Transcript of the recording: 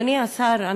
אדוני השר,